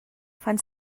fan